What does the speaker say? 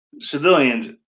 civilians